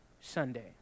Sunday